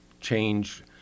change